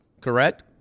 correct